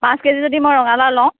পাঁচ K G যদি মই ৰঙালাও লওঁ